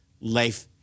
life